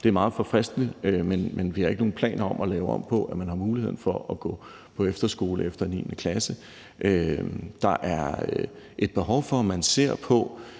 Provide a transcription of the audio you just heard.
det er meget forfriskende. Men vi har ikke nogen planer om at lave om på, at man har muligheden for at gå på efterskole efter 9. klasse. Der er et behov for, at man ser på,